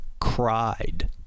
cried